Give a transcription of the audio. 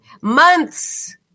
Months